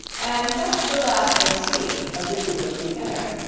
and that's the last they see of the duke of green-erin.